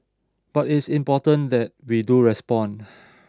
but it's important that we do respond